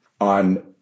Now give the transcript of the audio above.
on